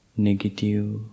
negative